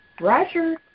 Roger